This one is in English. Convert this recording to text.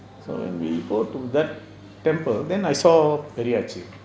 so when we go to that temple then I saw Periyachi